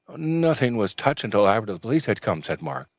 nothing was touched till after the police had gone, said mark.